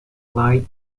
light